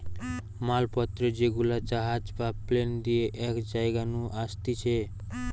মাল পত্র যেগুলা জাহাজ বা প্লেন দিয়ে এক জায়গা নু আসতিছে